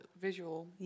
visual